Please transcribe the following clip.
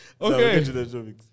Okay